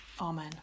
Amen